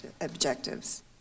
objectives